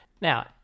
Now